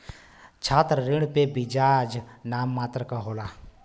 छात्र ऋण पे बियाज नाम मात्र क होला